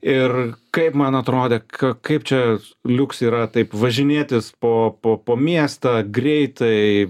ir kaip man atrodė kad kaip čia liuks yra taip važinėtis po po po miestą greitai